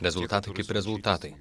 rezultatai kaip rezultatai